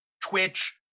Twitch